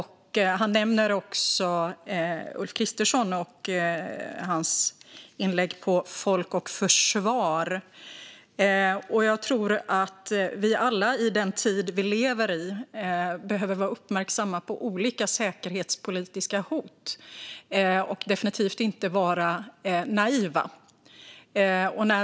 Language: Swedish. Han nämner också Ulf Kristerssons inlägg på Folk och Försvar. Jag tror att vi alla i den tid vi lever i behöver vara uppmärksamma på olika säkerhetspolitiska hot och definitivt inte vara naiva.